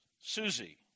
Susie